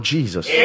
Jesus